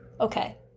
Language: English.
Okay